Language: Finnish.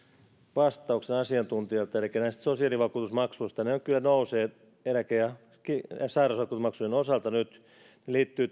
vastauksen asiantuntijalta elikkä näistä sosiaalivakuutusmaksuista ne kyllä nousevat eläke ja sairausvakuutusmaksujen osalta nyt se liittyy